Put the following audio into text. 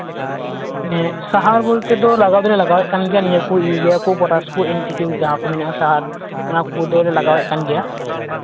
ᱦᱮᱸ ᱥᱟᱦᱟᱨ ᱵᱚᱞᱛᱮ ᱫᱚ ᱞᱟᱜᱟᱣ ᱫᱚᱞᱮ ᱞᱟᱜᱟᱣᱮᱜ ᱜᱮᱭᱟ ᱱᱤᱭᱟᱹ ᱠᱚ ᱤᱭᱩᱨᱤᱭᱟ ᱠᱚ ᱯᱚᱴᱟᱥ ᱡᱟᱦᱟᱸ ᱠᱚ ᱢᱮᱱᱟᱜᱼᱟ ᱥᱟᱦᱟᱨ ᱚᱱᱟ ᱠᱚᱫᱚᱞᱮ ᱞᱟᱜᱟᱣᱮᱜ ᱠᱟᱱ ᱜᱮᱭᱟ